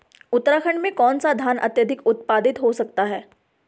उत्तराखंड में कौन सा धान अत्याधिक उत्पादित हो सकता है?